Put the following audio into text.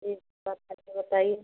ठीक बात करके बताइए